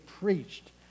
preached